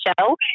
show